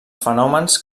fenòmens